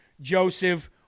Joseph